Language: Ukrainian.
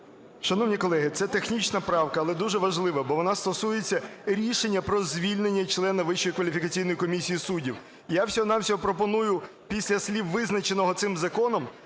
Шановні колеги, це технічна правка, але дуже важлива, бо вона стосується рішення про звільнення члена Вищої кваліфікаційної комісії суддів. Я всього-на-всього пропоную після слів "визначеного цим законом"